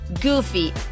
goofy